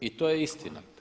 I to je istina.